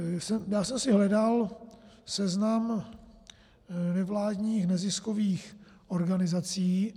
Já jsem si hledal seznam nevládních neziskových organizací.